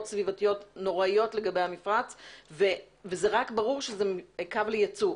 סביבתיות נוראיות לגבי המפרץ וברור שזה קו לייצוא.